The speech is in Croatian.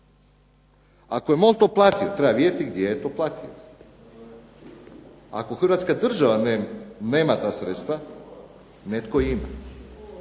Ako je MOL to platio treba vidjeti gdje je to platio. Ako Hrvatska država nema ta sredstva netko ima